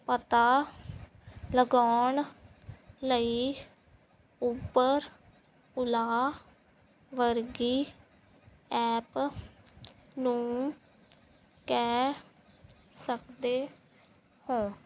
ਪਤਾ ਲਗਾਉਣ ਲਈ ਓਬਰ ਓਲਾ ਵਰਗੀ ਐਪ ਨੂੰ ਕਹਿ ਸਕਦੇ ਹੋ